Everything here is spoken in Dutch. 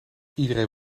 iedereen